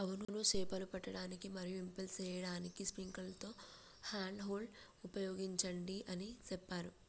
అవును సేపలను పట్టడానికి మరియు ఇంపెల్ సేయడానికి స్పైక్లతో హ్యాండ్ హోల్డ్ ఉపయోగించండి అని సెప్పారు